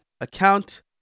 account